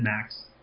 Max